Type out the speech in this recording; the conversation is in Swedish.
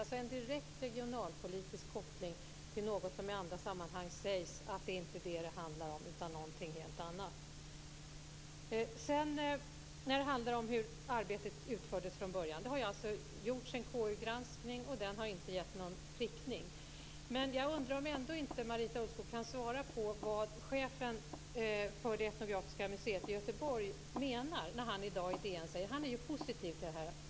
Det är en direkt regionalpolitisk koppling till något som man i andra sammanhang säger att det inte är vad det handlar om utan någonting helt annat. När det gäller hur arbetet utfördes från början har det gjorts en KU-granskning, och den har inte lett till någon prickning. Men jag undrar om inte Marita Ulvskog ändå kan svara på vad chefen för det etnografiska museet i Göteborg menar. Han är positiv till det nya museet.